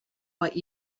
what